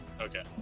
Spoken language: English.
okay